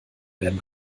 werden